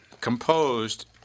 composed